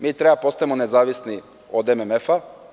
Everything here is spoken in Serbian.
Mi treba da postanemo nezavisni od MMF.